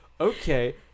okay